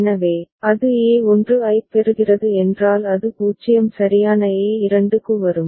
எனவே அது a1 ஐப் பெறுகிறது என்றால் அது 0 சரியான A2 க்கு வரும்